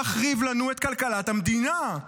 שמחריב לנו את כלכלת המדינה?